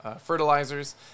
fertilizers